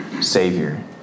Savior